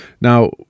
Now